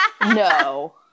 No